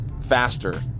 faster